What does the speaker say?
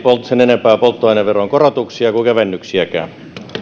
sen enempää polttoaineveron korotuksia kuin kevennyksiäkään